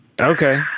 Okay